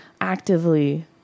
actively